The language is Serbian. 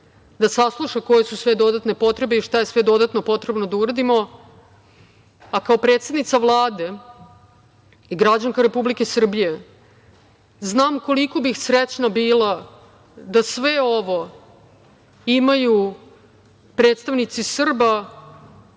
da sasluša koje su sve dodatne potrebe i šta je sve dodatno potrebno da uradimo. Kao predsednica Vlade i građanka Republike Srbije znam koliko bih srećna bila da sve ovo imaju predstavnici Srba